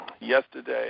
yesterday